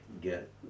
get